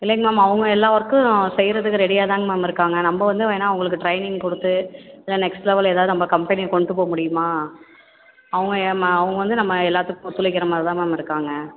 இல்லைங்க மேம் அவங்க எல்லா ஒர்க்கும் செய்கிறதுக்கு ரெடியாதாங்க மேம் இருக்காங்க நம்ம வந்து வேணுனா அவங்களுக்கு ட்ரைனிங் கொடுத்து இல்லை நெக்ஸ்ட் லெவலு ஏதாவது நம்ம கம்பெனி கொண்டு போக முடியுமா அவங்க அவங்க வந்து நம்ம எல்லாத்துக்கும் ஒத்துழைக்கிற மாதிரி தான் மேம் இருக்காங்க